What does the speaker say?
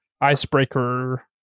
icebreaker